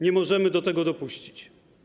Nie możemy do tego dopuścić.